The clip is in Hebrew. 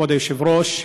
כבוד היושב-ראש,